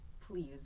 Please